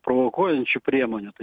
provokuojančių priemonių tai